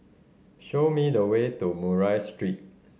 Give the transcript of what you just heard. show me the way to Murray Street